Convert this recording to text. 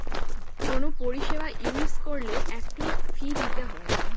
কোনো পরিষেবা ইউজ করলে একটা ফী দিতে হয়